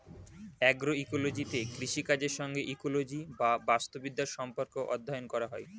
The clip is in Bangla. অ্যাগ্রোইকোলজিতে কৃষিকাজের সঙ্গে ইকোলজি বা বাস্তুবিদ্যার সম্পর্ক অধ্যয়ন করা হয়